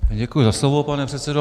Děkuji za slovo, pane předsedo.